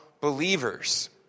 believers